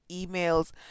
emails